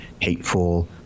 hateful